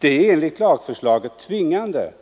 Det är enligt lagförslaget tvingande.